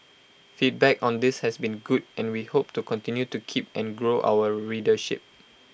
feedback on this has been good and we hope to continue to keep and grow our readership